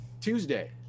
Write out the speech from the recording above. tuesday